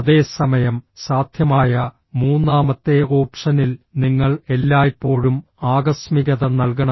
അതേസമയം സാധ്യമായ മൂന്നാമത്തെ ഓപ്ഷനിൽ നിങ്ങൾ എല്ലായ്പ്പോഴും ആകസ്മികത നൽകണം